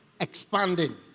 expanding